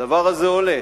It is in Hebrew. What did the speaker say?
והדבר הזה עולה,